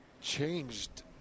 changed